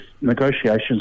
negotiations